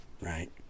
right